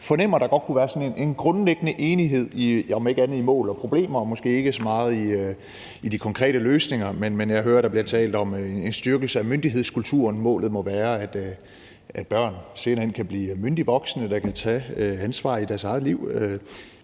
fornemmer der godt kunne være sådan en grundlæggende enighed om mål og problemer – om ikke andet – men måske ikke så meget i forhold til de konkrete løsninger. Men jeg hører, at der bliver talt om en styrkelse af myndighedskulturen – målet må være, at børn senere hen kan blive myndige voksne, der kan tage ansvar i deres eget liv.